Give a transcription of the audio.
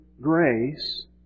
grace